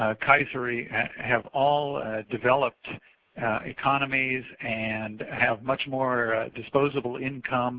ah cazare have all developed economies and have much more disposable income